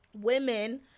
women